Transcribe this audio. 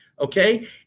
Okay